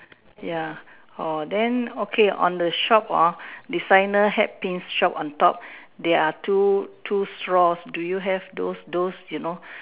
ya oh then okay on the shop hor designer hat Pins shop on top there are two two straws do you have those those you know